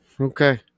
Okay